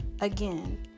Again